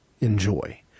enjoy